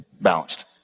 balanced